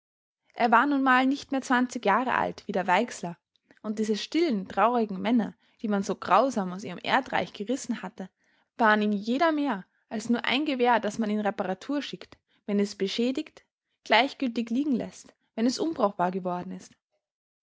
er war nun mal nicht mehr zwanzig jahre alt wie der weixler und diese stillen traurigen männer die man so grausam aus ihrem erdreich gerissen hatte waren ihm jeder mehr als nur ein gewehr das man in reparatur schickt wenn es beschädigt gleichgültig liegen läßt wenn es unbrauchbar geworden ist